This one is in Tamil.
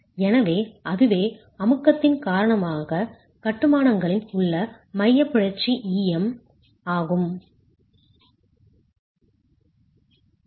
எனவே அதுவே அமுக்கத்தின் காரணமாக கட்டுமானங்களில் உள்ள eccentricity மைய பிறழ்ச்சி em eccentricity மைய பிறழ்ச்சி